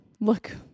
look